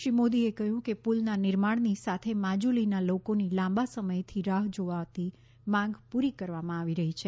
શ્રી મોદીએ કહ્યું કે પુલના નિર્માણની સાથે માજુલીના લોકોની લાંબા સમયથી રાહ્ જોવાતી માંગ પુરી કરવામાં આવી રહી છે